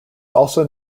also